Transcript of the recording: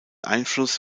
einfluss